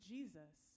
Jesus